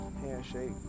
Handshake